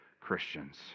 Christians